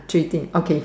three things okay